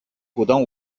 股东